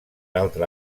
altra